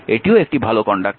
এটিও একটি ভাল কন্ডাকটর